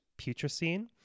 putrescine